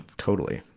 totally.